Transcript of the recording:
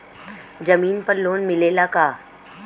जमीन पर लोन मिलेला का?